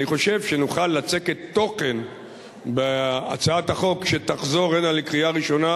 אני חושב שנוכל לצקת תוכן בהצעת החוק שתחזור הנה לקריאה ראשונה,